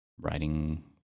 writing